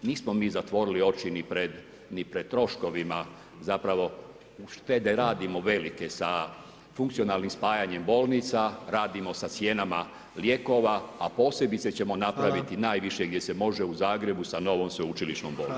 Nismo mi zatvorili oči ni pred troškovima, zapravo uštede radimo velike sa funkcionalnim spajanjem bolnica, radimo sa cijenama lijekova a posebice ćemo napraviti najviše gdje se može u Zagrebu sa novom sveučilišnom bolnicom.